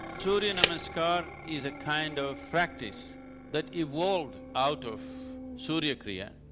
surya namaskar is a kind of practice that evolved out of surya kriya.